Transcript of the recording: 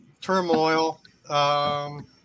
turmoil